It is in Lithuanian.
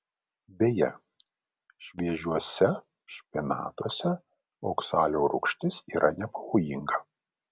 beje šviežiuose špinatuose oksalo rūgštis yra nepavojinga